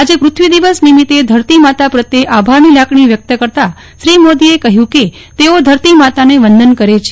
આજે પ્રથ્વી દિવસ નિમિત્તે ધરતી માતા પ્રત્યે આભારની લાગણી વ્યક્ત કરતા શ્રી મોદીએ કહ્યું કે તેઓ ધરતી માતાને વંદન કરે છે